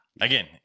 Again